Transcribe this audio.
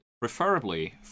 preferably